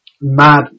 mad